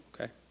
okay